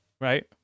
Right